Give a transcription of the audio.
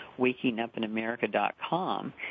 wakingupinamerica.com